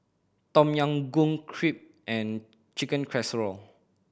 Tom Yam Goong Crepe and Chicken Casserole